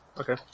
Okay